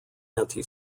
anti